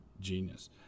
genius